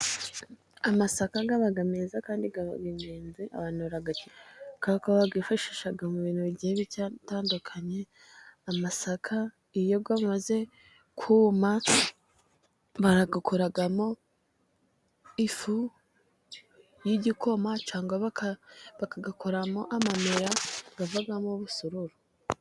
Amasaka aba meza kandi aba ingenzi abantu barayakenera, kuko bayifashisha mu bintu bigiye bitandukanye. Amasaka iyo amaze kuma bayakoramo ifu y'igikoma cyangwa bagakoramo amamerara avamo umusururu.